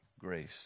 grace